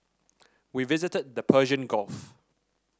we visited the Persian Gulf